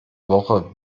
woche